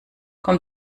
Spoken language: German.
komm